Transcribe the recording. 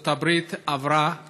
ארצות הברית עברה לירושלים.